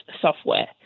software